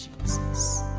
Jesus